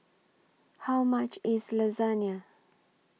How much IS Lasagna